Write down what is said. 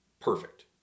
perfect